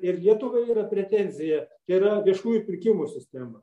ir lietuvai yra pretenzija yra viešųjų pirkimų sistema